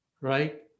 right